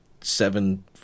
seven